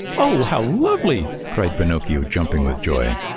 oh! how lovely! cried pinocchio, jumping with joy.